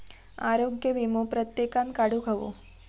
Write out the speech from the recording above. आरोग्य वीमो प्रत्येकान काढुक हवो